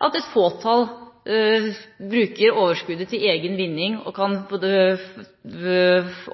at et fåtall bruker overskuddet til egen vinning og kan